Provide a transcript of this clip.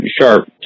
sharp